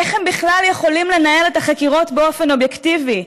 איך הם בכלל יכולים לנהל את החקירות באופן אובייקטיבי?